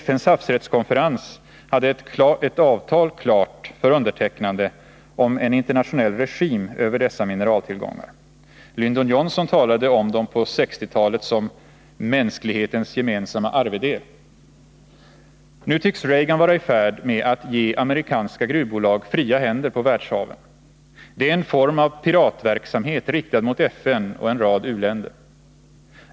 FN:s havsrättskonferens hade ett avtal klart för undertecknande om en internationell regim över dessa mineraltillgångar. Lyndon Johnson talade om dem på 1960-talet som ”mänsklighetens gemensammma arvedel”. Nu tycks Reagan vara i färd med att ge amerikanska gruvbolag fria händer på världshaven. Det är en form av piratverksamhet, riktad mot FN och en rad u-länder.